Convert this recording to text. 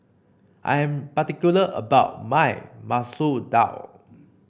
I am particular about my Masoor Dal